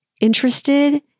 interested